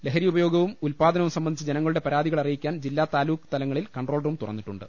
ലഹരി ഉപയോഗവും ഉൽപ്പാദനവും സംബന്ധിച്ച ജനങ്ങളുടെ പരാതികൾ അറിയിക്കാൻ ജില്ല താലൂക്ക് തലങ്ങളിൽ കൺട്രോൾ റൂം തുറന്നിട്ടുണ്ട്